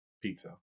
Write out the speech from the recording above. Pizza